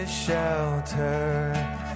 shelter